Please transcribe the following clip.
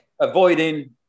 Avoiding